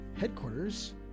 headquarters